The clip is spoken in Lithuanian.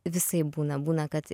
visaip būna būna kad